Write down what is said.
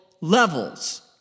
levels